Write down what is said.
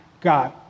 God